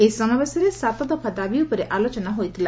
ଏହି ସମାବେଶରେ ସାତ ଦଫା ଦାବି ଉପରେ ଆଲୋଚନା ହୋଇଥିଲା